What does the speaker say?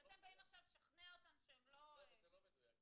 אז אתם באים עכשיו לשכנע אותם שהם לא -- זה לא מדויק.